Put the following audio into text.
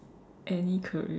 any career